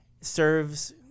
serves